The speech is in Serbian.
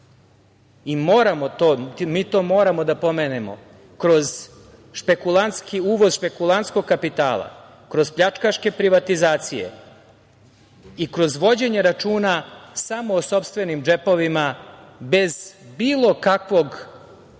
Moramo to da pomenemo kroz špekulantski uvoz špekulantskog kapitala, kroz pljačkaške privatizacije i kroz vođenje računa samo o sopstvenim džepovima bez bilo kakvog